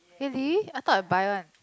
really I thought I buy one